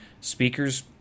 speakers